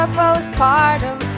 postpartum